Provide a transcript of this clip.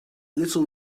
little